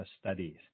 studies